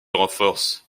renforce